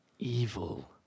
evil